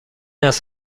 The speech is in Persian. است